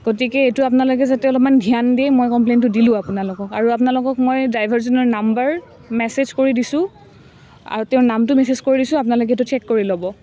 গতিকে এইটো আপোনালোকে যাতে অলপমান ধ্যান দিয়ে মই কমপ্লেইনটো দিলোঁ আপোনালোকক আৰু আপোনালোকক মই ড্ৰাইভাৰজনৰ নাম্বাৰ মেছেজ কৰি দিছোঁ আৰু তেওঁৰ নামটো মেছেজ কৰি দিছোঁ আপোনালোকে এইটো চেক কৰি ল'ব